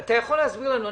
אתה יכול להסביר לנו,